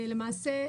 למעשה,